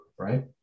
right